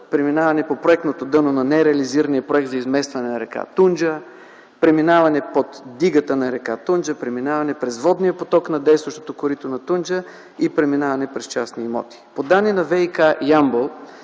преминаване по проектното дъно на нереализирания проект за изместване на р. Тунджа, преминаване под дигата на р. Тунджа, преминаване през водния поток на действащото корито на Тунджа и преминаване през частни имоти.